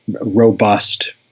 robust